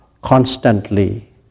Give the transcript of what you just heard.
constantly